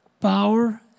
Power